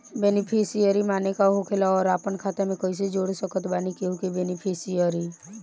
Beneficiary माने का होखेला और हम आपन खाता मे कैसे जोड़ सकत बानी केहु के बेनीफिसियरी?